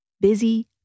Busy